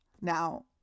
now